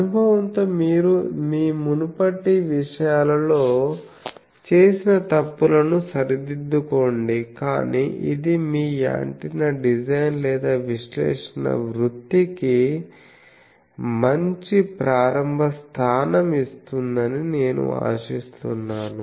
అనుభవంతో మీరు మీ మునుపటి విషయాలలో చేసిన తప్పులను సరిదిద్దుకొండి కానీ ఇది మీ యాంటెన్నా డిజైన్ లేదా విశ్లేషణ వృత్తికి మంచి ప్రారంభ స్థానం ఇస్తుందని నేను ఆశిస్తున్నాను